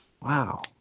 Wow